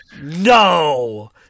No